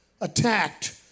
attacked